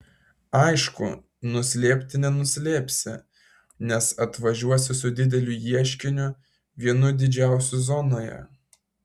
aišku nuslėpti nenuslėpsi nes atvažiuosi su dideliu ieškiniu vienu didžiausių zonoje